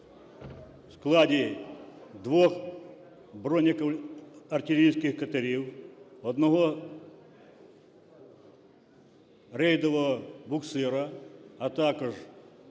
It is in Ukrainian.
в складі двох броне-артилерійських катерів, одного рейдового буксира, а також